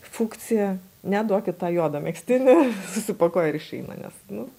funkcija ne duokit tą juodą megztinį susipakuoja ir išeina nes nu